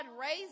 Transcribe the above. raised